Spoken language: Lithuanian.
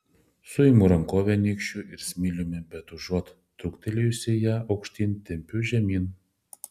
suimu rankovę nykščiu ir smiliumi bet užuot truktelėjusi ją aukštyn tempiu žemyn